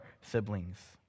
siblings